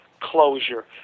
closure